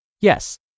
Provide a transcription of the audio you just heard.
Yes